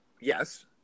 Yes